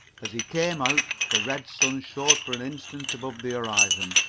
as he came out the red sun showed for an instant above the horizon.